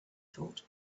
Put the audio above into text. thought